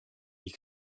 you